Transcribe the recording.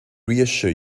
reassure